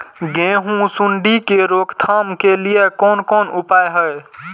गेहूँ सुंडी के रोकथाम के लिये कोन कोन उपाय हय?